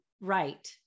right